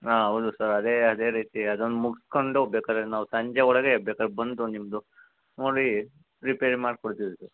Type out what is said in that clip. ಹಾಂ ಹೌದು ಸರ್ ಅದೇ ಅದೇ ರೀತಿ ಅದನ್ನು ಮುಗ್ಸ್ಕೊಂಡು ಬೇಕಾರೆ ನಾವು ಸಂಜೆ ಒಳಗೆ ಬೇಕಾರೆ ಬಂದು ನಿಮ್ಮದು ಓನ್ಲಿ ರಿಪೇರಿ ಮಾಡಿ ಕೊಡ್ತೀವಿ ಸರ್